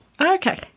Okay